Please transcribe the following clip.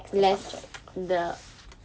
less the